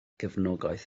gefnogaeth